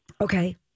Okay